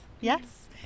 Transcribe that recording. yes